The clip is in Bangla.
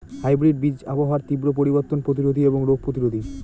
হাইব্রিড বীজ আবহাওয়ার তীব্র পরিবর্তন প্রতিরোধী এবং রোগ প্রতিরোধী